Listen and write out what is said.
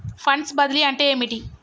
Funds బదిలీ అంటే ఏమిటి?